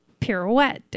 pirouette